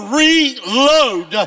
reload